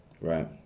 Right